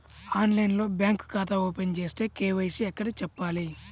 ఆన్లైన్లో బ్యాంకు ఖాతా ఓపెన్ చేస్తే, కే.వై.సి ఎక్కడ చెప్పాలి?